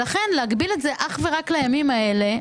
לכן להגביל את זה אך ורק לימים האלה,